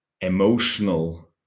emotional